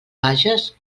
bages